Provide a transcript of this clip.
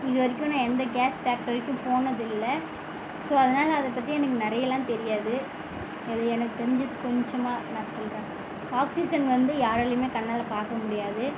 இது வரைக்கும் நான் எந்த கேஸ் ஃபேக்டரிக்கும் போனது இல்லை ஸோ அதனால் அதை பற்றி எனக்கு நிறையலாம் தெரியாது அது எனக்கு தெரிஞ்சது கொஞ்சமாக நான் சொல்கிறேன் ஆக்சிஜன் வந்து யாராலேயுமே கண்ணால் பார்க்க முடியாது